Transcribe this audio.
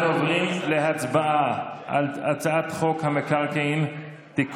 אנחנו עוברים להצבעה על הצעת החוק הפרטית: הצעת חוק המקרקעין (תיקון,